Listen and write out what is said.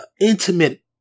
intimate